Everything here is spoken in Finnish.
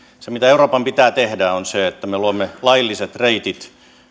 euroopan pitää tehdä se että me luomme lailliset reitit